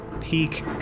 peak